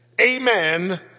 amen